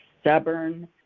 stubborn